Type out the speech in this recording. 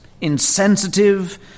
insensitive